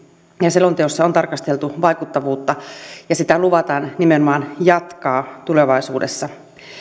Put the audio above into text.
selonteossa on tarkasteltu vaikuttavuutta ja sitä luvataan nimenomaan jatkaa tulevaisuudessa